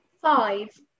Five